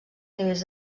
nivells